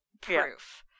proof